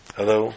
Hello